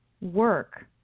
work